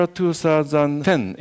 2010